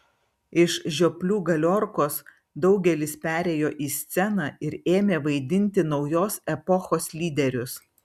iš žioplių galiorkos daugelis perėjo į sceną ir ėmė vaidinti naujos epochos lyderius